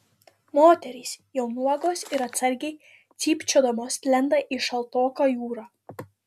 moterys jau nuogos ir atsargiai cypčiodamos lenda į šaltoką jūrą